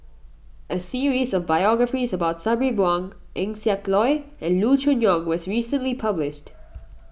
a series of biographies about Sabri Buang Eng Siak Loy and Loo Choon Yong was recently published